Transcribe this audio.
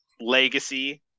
legacy